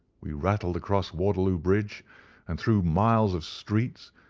we rattled across waterloo bridge and through miles of streets,